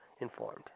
informed